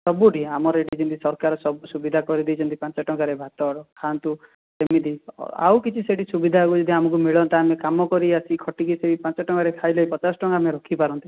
ସବୁଠି ଆମର ଏଇଠି ଯେମିତି ସରକାର ସବୁ ସୁବିଧା କରିଦେଇଛନ୍ତି ପାଞ୍ଚ ଟଙ୍କାରେ ଭାତ ଖାଆନ୍ତୁ ସେମିତି ଆଉ କିଛି ସେଇଠି ସୁବିଧା ଯଦି ଆମକୁ ମିଳନ୍ତା ଆମେ କାମ କରି ଆସି ଖଟିକି ସେଇ ପାଞ୍ଚ ଟଙ୍କାରେ ଖାଇଲେ ପଚାଶ ଟଙ୍କା ଆମେ ରଖିପାରନ୍ତେ